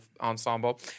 ensemble